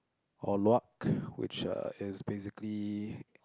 Or-Luak which uh is basically